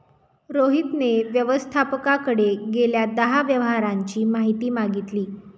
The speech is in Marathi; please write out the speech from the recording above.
रोहितने व्यवस्थापकाकडे गेल्या दहा व्यवहारांची माहिती मागितली